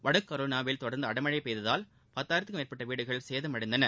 வடக்கு கரோலினாவில் தொடர்ந்து அடைமழை பெய்ததால் பத்தாயிரத்திற்கும் மேற்பட்ட வீடுகள் சேதமடைந்தன